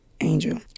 Angel